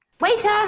Waiter